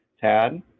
Tad